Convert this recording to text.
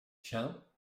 tiens